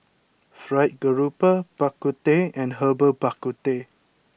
Fried Garoupa Bak Kut Teh and Herbal Bak Ku Teh